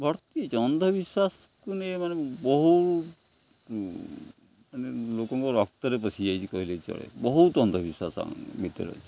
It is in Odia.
ଭର୍ତ୍ତି ଅଛି ଅନ୍ଧବିଶ୍ୱାସକୁ ନେଇ ଏମାନେ ବହୁ ମାନେ ଲୋକଙ୍କ ରକ୍ତରେ ପଶିଯାଇଛି କହିଲେ ଚଳେ ବହୁତ ଅନ୍ଧବିଶ୍ୱାସ ଭିତରେ ଅଛି